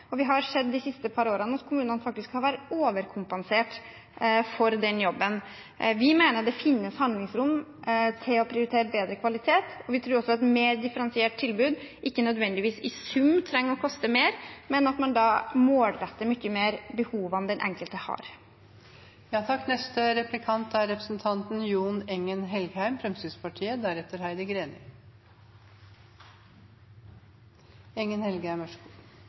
Vi har sett de siste par årene at kommunene faktisk har vært overkompensert for den jobben. Vi mener det finnes handlingsrom til å prioritere bedre kvalitet. Vi tror også at et mer differensiert tilbud ikke nødvendigvis i sum trenger å koste mer, men at de behovene den enkelte har, er mer målrettet. Ordningen med aktivitetsplikt for unge sosialhjelpsmottakere har vist seg å være en suksess i mange kommuner der den har blitt innført på en grundig og god